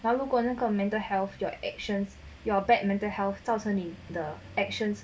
那如他的那个 mental health your actions your bad mental health 造成你的 actions